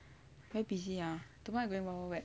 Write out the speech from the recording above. very busy ah tomorrow I going wild wild wet